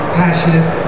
passionate